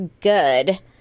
good